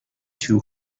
too